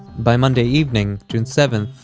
by monday evening, june seven